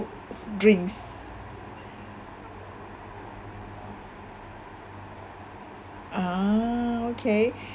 drinks ah okay